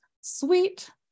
sweet